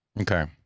Okay